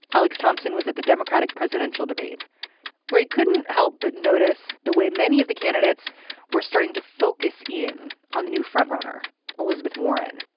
alex thompson was at the democratic presidential debate where he couldn't help but notice the way many of the candidates were starting to focus in on the new frontrunner elizabeth warren.